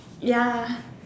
ya